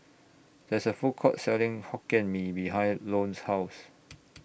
There IS A Food Court Selling Hokkien Mee behind Lone's House